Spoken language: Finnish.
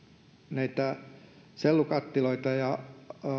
sellukattiloita ja